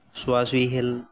চোৱা চুৱি খেল